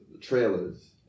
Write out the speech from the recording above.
trailers